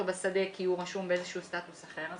בשדה כי הוא רשום באיזשהו סטטוס אחר,